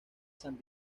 san